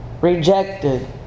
rejected